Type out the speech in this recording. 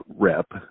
rep